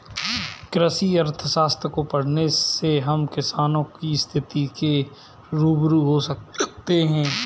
कृषि अर्थशास्त्र को पढ़ने से हम किसानों की स्थिति से रूबरू हो सकते हैं